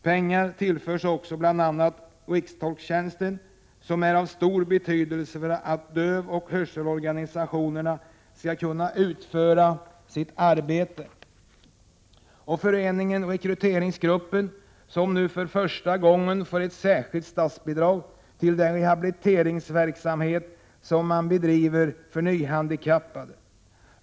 Pengar tillförs också bl.a. rikstolktjänsten, som är av stor betydelse för att dövoch hörselorganisationerna skall kunna utföra sitt arbete, och Föreningen Rekryteringsgruppen, som nu för första gången får ett särskilt statsbidrag till den rehabiliteringsverksamhet som man bedriver för s.k. nyhandikappade.